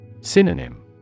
Synonym